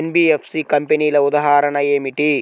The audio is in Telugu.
ఎన్.బీ.ఎఫ్.సి కంపెనీల ఉదాహరణ ఏమిటి?